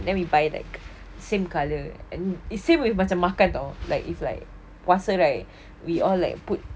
then we buy like same colour and it same with macam makan [tau] like it's like puasa right we all like put